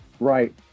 Right